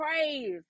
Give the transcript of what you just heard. praise